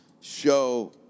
show